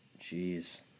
Jeez